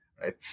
right